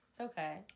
Okay